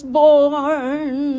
born